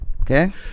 Okay